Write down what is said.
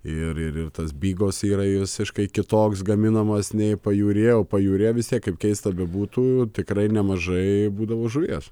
ir ir ir tas bigos yra visiškai kitoks gaminamas nei pajūryje o pajūryje vistiek kaip keista bebūtų tikrai nemažai būdavo žuvies